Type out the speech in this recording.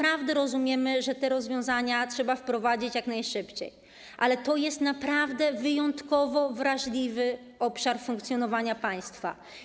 Rozumiemy, że te rozwiązania trzeba wprowadzić jak najszybciej, ale to jest naprawdę wyjątkowo wrażliwy obszar funkcjonowania państwa.